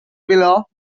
below